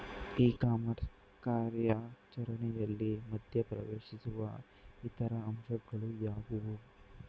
E commerce ಕಾರ್ಯಾಚರಣೆಯಲ್ಲಿ ಮಧ್ಯ ಪ್ರವೇಶಿಸುವ ಇತರ ಅಂಶಗಳು ಯಾವುವು?